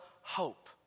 hope